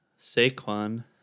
Saquon